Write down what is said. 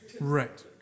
Right